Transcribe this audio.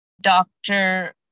doctor